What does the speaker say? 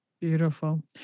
Beautiful